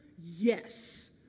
Yes